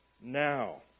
Now